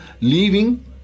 leaving